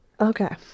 okay